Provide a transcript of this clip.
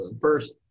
first